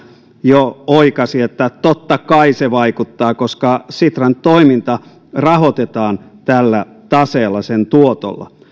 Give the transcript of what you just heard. jo oikaisi että totta kai se vaikuttaa koska sitran toiminta rahoitetaan tällä taseella sen tuotolla